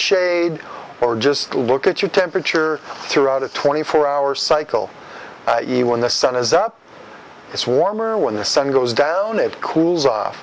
shade or just look at your temperature throughout a twenty four hour cycle when the sun is up it's warmer when the sun goes down it cools off